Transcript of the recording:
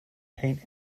paint